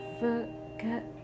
forget